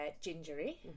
gingery